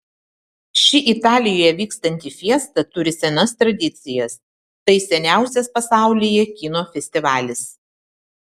ši italijoje vykstanti fiesta turi senas tradicijas tai seniausias pasaulyje kino festivalis